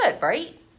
right